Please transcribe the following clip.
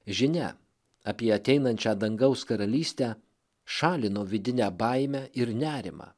žinia apie ateinančią dangaus karalystę šalino vidinę baimę ir nerimą